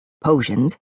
potions